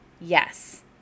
yes